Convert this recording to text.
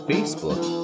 Facebook